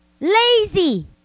lazy